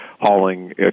hauling